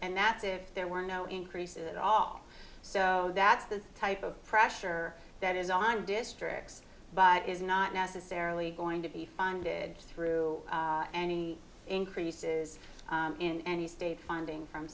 and that's if there were no increase in all so that's the type of pressure that is on districts but is not necessarily going to be funded through any increases in any state funding from